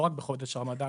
לא רק בחודש הרמדאן.